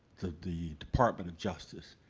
the department of justice,